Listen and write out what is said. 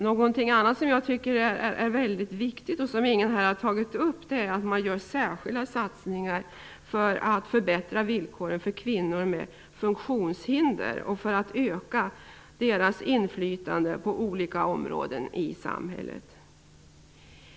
En annan sak som jag tycker är väldigt viktig och som ingen har tagit upp här är att det görs särskilda satsningar för att förbättra villkoren för kvinnor med funktionshinder och för att öka deras inflytande på olika områden i samhället.